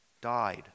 died